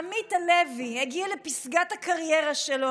עמית הלוי הגיע לפסגת הקריירה שלו,